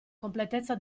completezza